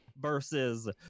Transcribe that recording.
Versus